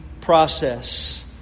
process